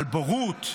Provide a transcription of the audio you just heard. על בורות?